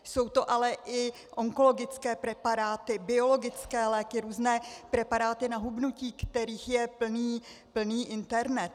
Jsou to ale i onkologické preparáty, biologické léky, různé preparáty na hubnutí, kterých je plný internet.